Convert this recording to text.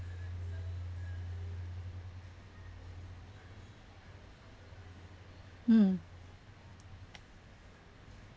mm